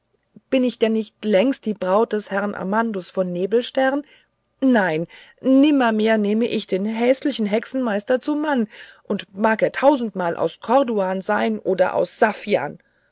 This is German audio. bin ich denn nicht längst die braut des herrn amandus von nebelstern nein nimmermehr nehme ich den häßlichen hexenmeister zum mann und mag er tausendmal aus corduan sein oder aus saffian